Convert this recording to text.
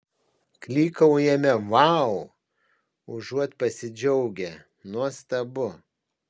klykaujame vau užuot pasidžiaugę nuostabu